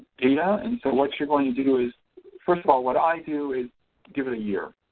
data and so what you're going to do is first of all what i do is give it a year.